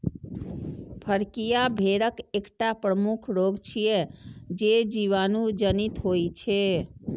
फड़कियां भेड़क एकटा प्रमुख रोग छियै, जे जीवाणु जनित होइ छै